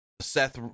Seth